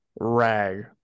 rag